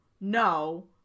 no